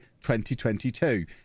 2022